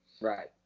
Right